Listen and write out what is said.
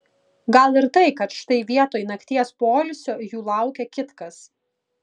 gal ir tai kad štai vietoj nakties poilsio jų laukia kitkas